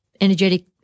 energetic